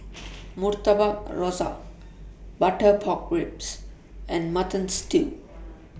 Murtabak Rusa Butter Pork Ribs and Mutton Stew